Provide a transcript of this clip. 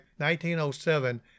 1907